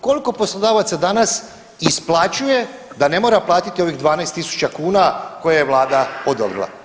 Koliko poslodavaca danas isplaćuje da ne mora platiti ovih 12.000 kuna koje je vlada odobrila?